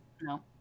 No